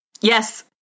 yes